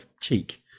cheek